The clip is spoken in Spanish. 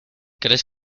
crees